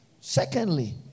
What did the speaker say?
secondly